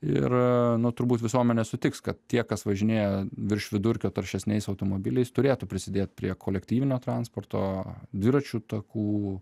ir nu turbūt visuomenė sutiks kad tie kas važinėja virš vidurkio taršesniais automobiliais turėtų prisidėt prie kolektyvinio transporto dviračių takų